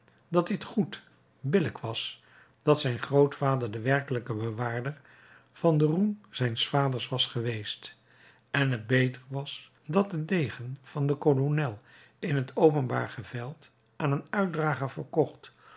dat dit goed billijk was dat zijn grootvader de werkelijke bewaarder van den roem zijns vaders was geweest en het beter was dat de degen van den kolonel in t openbaar geveild aan een uitdrager verkocht